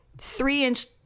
three-inch